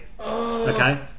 okay